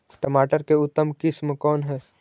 टमाटर के उतम किस्म कौन है?